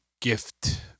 gift